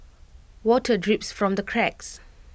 water drips from the cracks